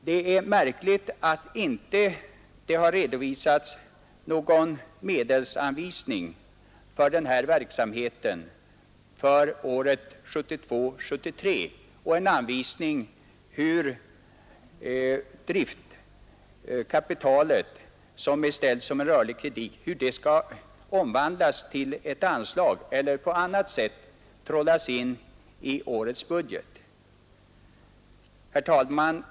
Det är märkligt att det inte har anvisats några medel för den här verksamheten för budgetåret 1972/73 och inte heller redovisats hur driftkapitalet, som nu disponeras som en rörlig kredit, skall omvandlas till ett anslag eller på annat sätt trollas in i årets budget. Herr talman!